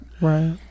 Right